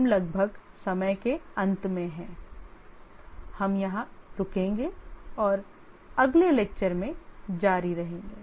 हम लगभग समय के अंत में हैं हम यहां रुकेंगे और अगले व्याख्यान में जारी रहेंगे